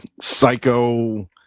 psycho